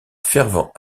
fervent